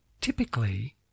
Typically